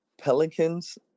Pelicans